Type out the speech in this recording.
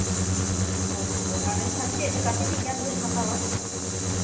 ᱦᱳᱭ ᱛᱳ ᱟᱨ ᱮᱱᱠᱷᱟᱱ ᱪᱮᱫ ᱞᱮᱠᱟ ᱛᱤᱱᱟᱜ ᱜᱟᱱ ᱵᱤᱱ ᱦᱟᱛᱟᱣᱟ